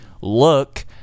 look